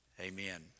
amen